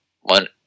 one